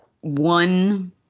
one